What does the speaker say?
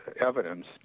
evidence